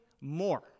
more